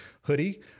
hoodie